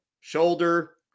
shoulder